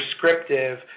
prescriptive